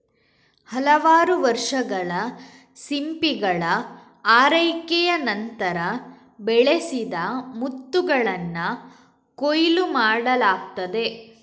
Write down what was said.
ಹಲವಾರು ವರ್ಷಗಳ ಸಿಂಪಿಗಳ ಆರೈಕೆಯ ನಂತರ, ಬೆಳೆಸಿದ ಮುತ್ತುಗಳನ್ನ ಕೊಯ್ಲು ಮಾಡಲಾಗ್ತದೆ